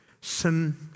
sin